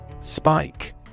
spike